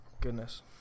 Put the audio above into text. goodness